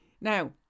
Now